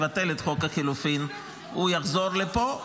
אבל אחרי שנבטל פה אחד את חוק החילופים הוא יחזור לפה,